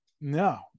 no